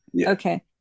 okay